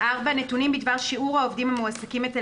נתונים בדבר שיעור העובדים המועסקים אצל